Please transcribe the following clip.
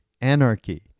anarchy